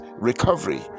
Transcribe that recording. recovery